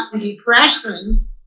depression